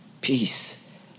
Peace